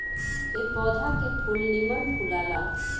ए पौधा के फूल निमन फुलाला